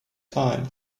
time